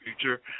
future